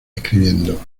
escribiendo